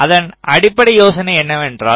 அதன் அடிப்படை யோசனை என்னவென்றால்